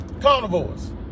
Carnivores